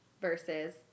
Versus